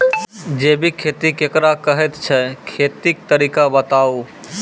जैबिक खेती केकरा कहैत छै, खेतीक तरीका बताऊ?